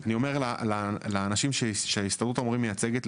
אני אומר לאנשים שהסתדרות המורים מייצגת,